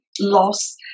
loss